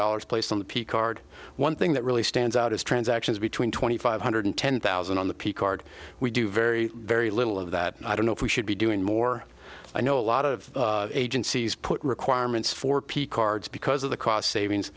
dollars placed on the p card one thing that really stands out is transactions between twenty five hundred ten thousand on the p card we do very very little of that i don't know if we should be doing more i know a lot of agencies put requirements for p cards because of the cost savings